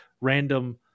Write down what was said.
random